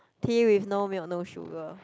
tea with no milk no sugar